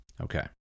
Okay